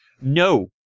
No